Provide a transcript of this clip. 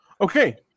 Okay